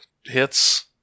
hits